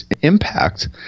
Impact